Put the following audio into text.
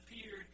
appeared